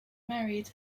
married